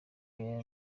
aya